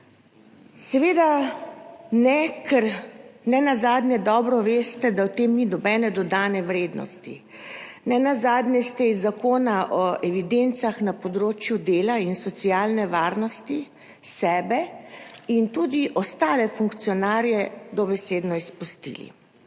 Seveda ne, ker nenazadnje dobro veste, da v tem ni nobene dodane vrednosti. Nenazadnje ste iz Zakona o evidencah na področju dela in socialne varnosti sebe in tudi ostale funkcionarje dobesedno izpustili.